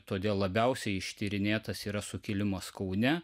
todėl labiausiai ištyrinėtas yra sukilimas kaune